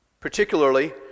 Particularly